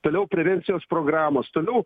toliau prevencijos programos toliau